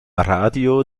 radio